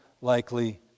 likely